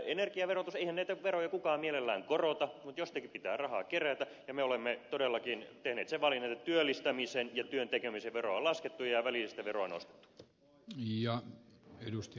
eihän verotusta kuten energiaverotusta kukaan mielellään korota mutta jostakin pitää rahaa kerätä ja me olemme todellakin tehneet sen valinnan että työllistämisen ja työn tekemisen veroa on laskettu ja välillistä veroa nostettu